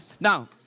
now